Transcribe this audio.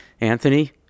Anthony